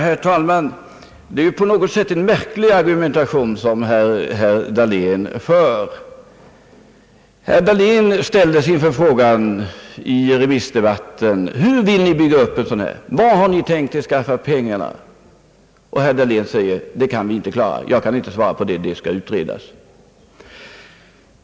Herr talman! Det är på något sätt en märklig argumentation som herr Dahlén för. I remissdebatten ställdes herr Dahlén inför frågan: Hur vill ni bygga upp en sådan här arbetslöshetsförsäkring och var har ni tänkt er att skaffa pengarna? Herr Dahlén säger: Det kan vi inte klara. Jag kan inte svara på det. Problemet måste utredas.